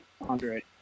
Andre